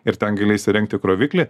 ir ten gali įsirengti kroviklį